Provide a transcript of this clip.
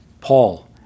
Paul